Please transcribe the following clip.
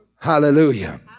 Hallelujah